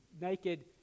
Naked